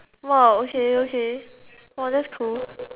!wow! okay okay !wow! that's cool